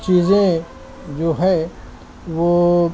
چیزیں جو ہیں وہ